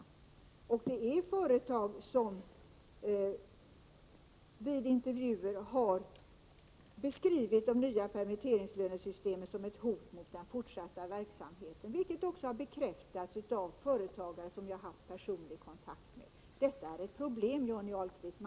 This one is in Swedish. Det finns företag som vid intervjuer har beskrivit de nya permitteringslönesystemen som ett hot mot den fortsatta verksamheten — vilket också har bekräftats av företagare som jag har haft personlig kontakt med. Det här är ett problem, Johnny Ahlqvist.